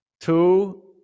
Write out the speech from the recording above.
Two